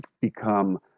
become